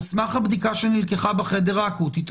על סמך הבדיקה שנלקחה בחדר האקוטי את